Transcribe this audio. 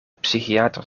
psychiater